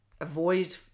avoid